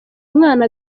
umwana